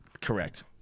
Correct